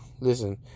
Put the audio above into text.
Listen